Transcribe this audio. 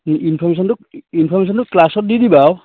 ইনফৰ্মেশ্যনটো ইনফৰ্মেশ্যনটো ক্লাছত দি দিবা আৰু